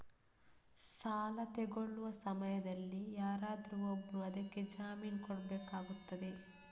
ಸಾಲ ತೆಗೊಳ್ಳುವ ಸಮಯದಲ್ಲಿ ಯಾರಾದರೂ ಒಬ್ರು ಅದಕ್ಕೆ ಜಾಮೀನು ಕೊಡ್ಬೇಕಾಗ್ತದೆ